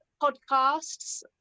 podcasts